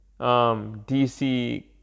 DC